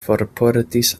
forportis